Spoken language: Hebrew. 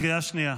קריאה שנייה.